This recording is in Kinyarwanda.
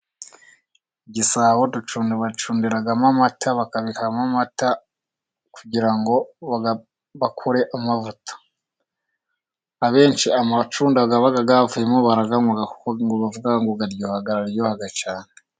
Igisabo bacundiramo amata， bakabikamo amata，kugira ngo bakuremo amavuta. Abenshi amacunda aba yavuyemo，barayanywa，kuko bavuga ngo araryoha cyane.